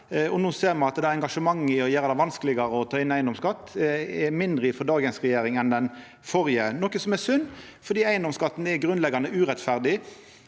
No ser me at engasjementet for å gjera det vanskelegare å ta inn eigedomsskatt er mindre hos dagens regjering enn hos den førre, noko som er synd, for eigedomsskatten er grunnleggjande urettferdig